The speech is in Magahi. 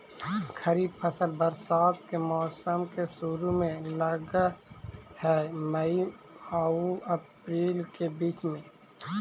खरीफ फसल बरसात के मौसम के शुरु में लग हे, मई आऊ अपरील के बीच में